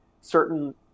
certain